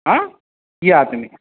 आं या तुम्ही